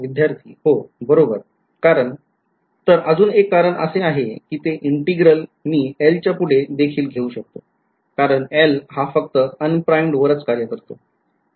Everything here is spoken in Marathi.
विध्यार्थी हो बरोबर कारण तर अजून एक कारण असे आहे कि ते integral मी L च्या पुढे देखील घेऊ शकतो कारण L हा फक्त्त unprimed वरच कार्य करतो